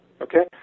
okay